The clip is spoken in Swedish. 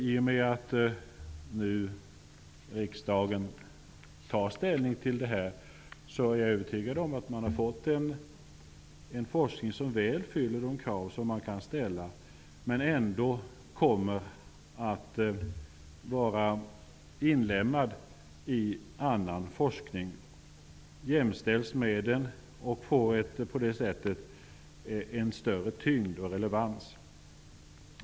I och med att riksdagen nu tar ställning till det här, är jag övertygad om att man har fått en forskning som väl uppfyller de krav man kan ställa men som ändå kommer att vara inlemmad i annan forskning, jämställs med den och på det sättet får en större tyngd och relevans.